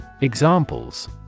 Examples